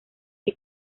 que